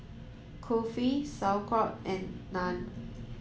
Kulfi Sauerkraut and Naan